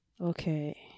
Okay